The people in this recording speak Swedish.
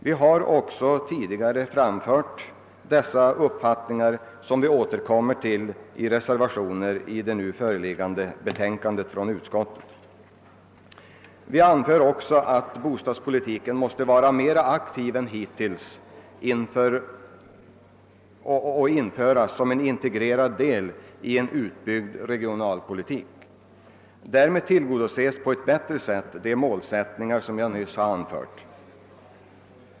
Vi har också tidigare framfört dessa uppfattningar, som vi nu återkommer till i reservationer i det föreliggande utskottsutlåtandet. Vi anför att bostadspolitiken måste mera aktivt än hittills införas som en integrerad del i en utbyggd regionalpolitik. Därmed tillgodoses på ett bättre sätt de målsättningar jag nyss har anfört.